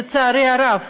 לצערי הרב,